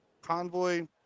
convoy